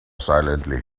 silently